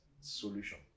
solution